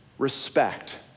respect